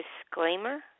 disclaimer